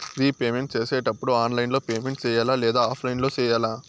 repayment సేసేటప్పుడు online లో payment సేయాలా లేదా ఆఫ్లైన్ లో సేయాలా